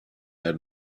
had